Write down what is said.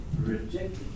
rejected